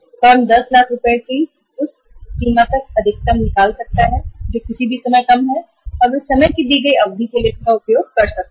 firm अधिकतम 10 लाख रुपए तक निकाल सकती है और दी गई अवधि तक के लिए इसका उपयोग कर सकती है